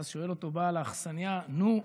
ואז שואל אותו בעל האכסניה: נו,